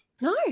No